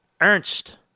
Ernst